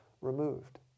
removed